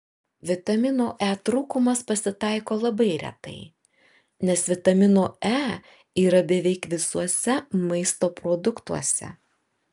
vitamino e trūkumas pasitaiko labai retai nes vitamino e yra beveik visuose maisto produktuose